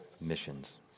missions